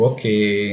Okay